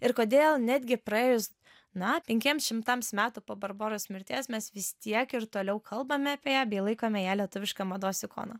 ir kodėl netgi praėjus na penkiems šimtams metų po barboros mirties mes visi tiek ir toliau kalbame apie ją bei laikome ją lietuviška mados ikona